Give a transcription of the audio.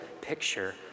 picture